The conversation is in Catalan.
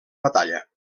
batalla